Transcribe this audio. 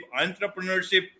entrepreneurship